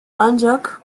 ancak